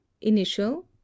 initial